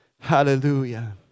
Hallelujah